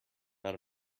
not